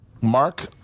Mark